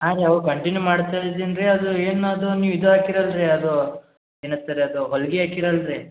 ಆದರೆ ಅವರು ಕಂಟಿನ್ಯೂ ಮಾಡ್ತೇ ಇದೀನಿ ರೀ ಅದು ಏನು ಅದು ನೀವು ಇದು ಹಾಕಿರೋದು ರೀ ಅದು ಏನು ಅಂತಾರೆ ಅದು ಹೊಲ್ಗೆ ಹಾಕಿರೋ ಅಲ್ಲಾ ರೀ